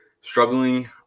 struggling